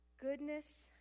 goodness